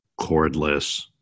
cordless